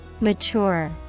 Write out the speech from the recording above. Mature